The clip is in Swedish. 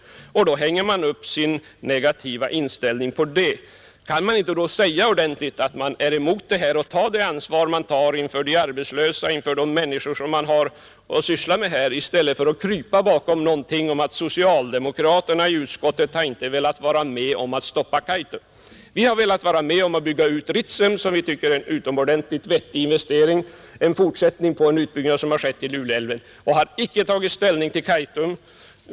Men på det hänger man upp sin negativa inställning. Kan man då inte säga ordentligt att man är emot utbyggnaden och ta sitt ansvar inför de arbetslösa, som berörs av den saken, i stället för att krypa bakom någonting om att socialdemokraterna i utskottet inte har velat vara med om att stoppa Kaitum? Vi har velat vara med om att bygga Ritsem, vilket vi tycker är en utomordentligt vettig investering och en fortsättning på en utbyggnad som har skett i Luleälven, och har icke tagit ställning till Kaitum.